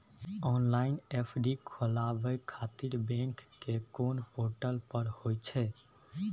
Online FD खोलाबय खातिर bank के कोन पोर्टल पर होए छै?